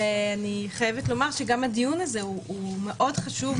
אני חייבת לומר שגם הדיון הזה הוא חשוב מאוד,